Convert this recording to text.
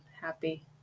happy